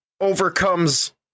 overcomes